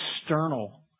external